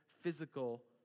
physical